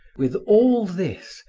with all this,